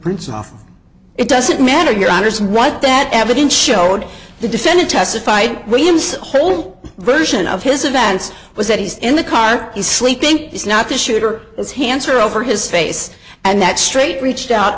off it doesn't matter your honour's what that evidence showed the defendant testified williams whole version of his events was that he's in the car he's sleeping he's not the shooter his hands are over his face and that straight reached out